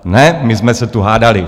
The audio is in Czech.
Ne, my jsme tu hádali.